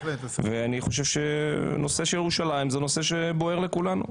אני חושב שהנושא של ירושלים הוא נושא שבוער לכולנו.